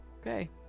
Okay